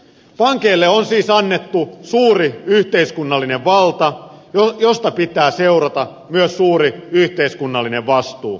pankeille on siis annettu suuri yhteiskunnallinen valta josta pitää seurata myös suuri yhteiskunnallinen vastuu